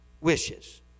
wishes